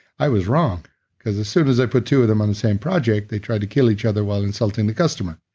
i was wrong because as soon as i put two of them on the same project they tried to kill each other while insulting the customer.